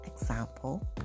example